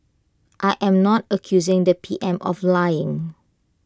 I am not accusing the P M of lying